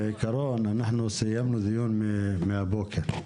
בעיקרון סיימנו דיון מהבוקר.